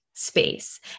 Space